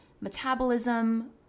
metabolism